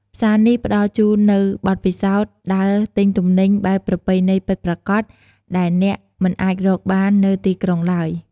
ផ្សារនេះផ្តល់ជូននូវបទពិសោធន៍ដើរទិញទំនិញបែបប្រពៃណីពិតប្រាកដដែលអ្នកមិនអាចរកបាននៅទីក្រុងឡើយ។